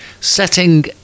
setting